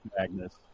Magnus